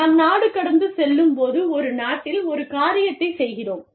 நாம் நாடு கடந்து செல்லும் போது ஒரு நாட்டில் ஒரு காரியத்தைச் செய்கிறோம்